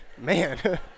man